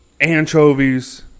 anchovies